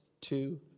two